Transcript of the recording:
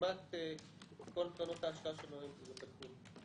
כמעט כל קרנות ההשקעה שלנו הן בחו"ל.